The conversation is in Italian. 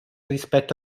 rispetto